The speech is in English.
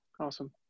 Awesome